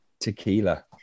Tequila